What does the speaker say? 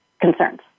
concerns